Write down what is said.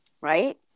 right